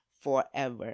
forever